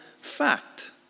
fact